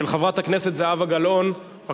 אני